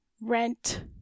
rent